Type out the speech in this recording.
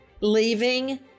leaving